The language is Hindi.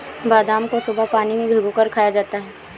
बादाम को सुबह पानी में भिगोकर खाया जाता है